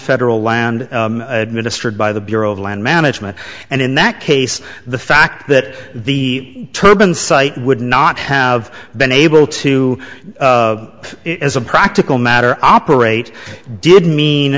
federal land administered by the bureau of land management and in that case the fact that the turban site would not have been able to as a practical matter operate didn't mean